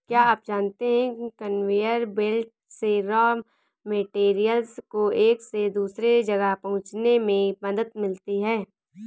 क्या आप जानते है कन्वेयर बेल्ट से रॉ मैटेरियल्स को एक से दूसरे जगह पहुंचने में मदद मिलती है?